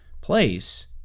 place